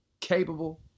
capable